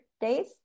days